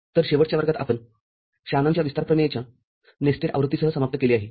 तरशेवटच्या वर्गातआपण शॅनॉनच्या विस्तार प्रमेयच्या नेस्टेडआवृत्तीसह समाप्त केले आहे